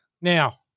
Now